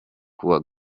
kuwa